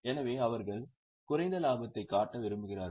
எனவே அவர்கள் குறைந்த லாபத்தைக் காட்ட விரும்புகிறார்கள்